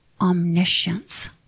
omniscience